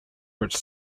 which